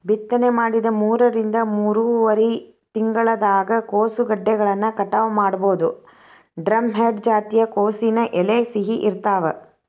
ಬಿತ್ತನೆ ಮಾಡಿದ ಮೂರರಿಂದ ಮೂರುವರರಿ ತಿಂಗಳದಾಗ ಕೋಸುಗೆಡ್ಡೆಗಳನ್ನ ಕಟಾವ ಮಾಡಬೋದು, ಡ್ರಂಹೆಡ್ ಜಾತಿಯ ಕೋಸಿನ ಎಲೆ ಸಿಹಿ ಇರ್ತಾವ